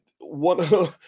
one